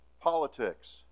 politics